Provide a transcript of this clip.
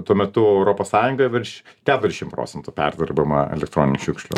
tuo metu europos sąjungoje virš keturiasdešimt procentų perdirbama elektroninių šiukšlių